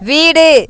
வீடு